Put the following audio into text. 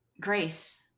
grace